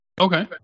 Okay